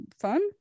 fun